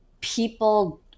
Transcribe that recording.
people